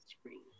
screen